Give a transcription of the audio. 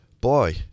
boy